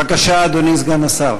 בבקשה, אדוני סגן השר.